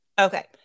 Okay